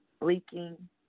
leaking